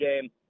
game